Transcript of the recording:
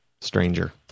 stranger